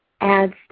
adds